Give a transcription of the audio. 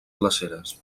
glaceres